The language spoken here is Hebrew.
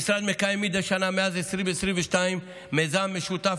המשרד מקיים מדי שנה מאז 2022 מיזם משותף